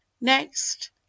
next